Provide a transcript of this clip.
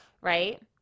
right